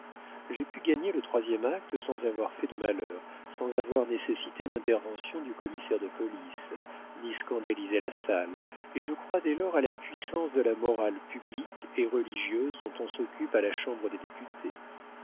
j'ai pu gagner le troisième acte sans avoir fait de malheur sans avoir nécessité l'intervention du commissaire de police ni scandalisé la salle et je crois dès lors à la puissance de la morale publique et religieuse dont on s'occupe à la chambre des députés